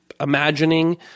imagining